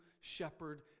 shepherd